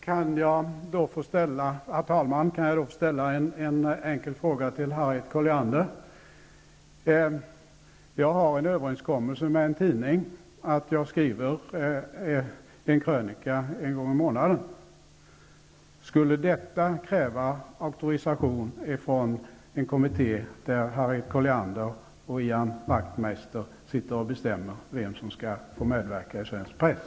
Herr talman! Kan jag få ställa en enkel fråga till Harriet Colliander? Jag har träffat en överenskommelse med en tidning. En gång i månaden skall jag skriva en krönika. Skulle detta kräva auktorisation från en kommitté, där Harriet Colliander och Ian Wachtmeister sitter med och bestämmer vem som skall få medverka i svensk press?